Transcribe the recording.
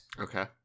Okay